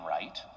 right